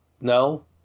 no